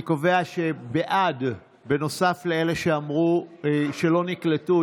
אני קובע שבעד, נוסף לאלה שלא נקלטו.